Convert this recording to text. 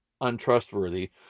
untrustworthy